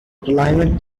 climate